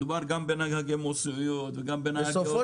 מדובר גם בנהגי משאיות וגם בנהגי אוטובוס -- בסופו